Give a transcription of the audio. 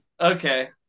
Okay